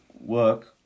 work